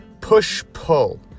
push-pull